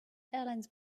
airlines